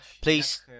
please